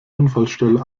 unfallstelle